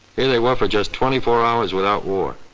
here they were for just twenty four hours without war,